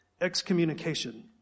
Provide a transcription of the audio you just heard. Excommunication